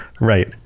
right